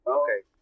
okay